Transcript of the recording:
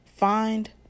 Find